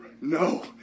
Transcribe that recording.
No